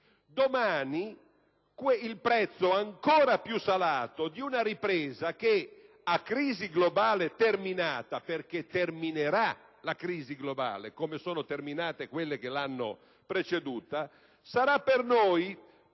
domani, il prezzo ancora più salato di una ripresa che a crisi globale terminata - perché terminerà la crisi globale, come sono terminate quelle che l'hanno preceduta - sarà per noi